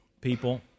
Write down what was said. people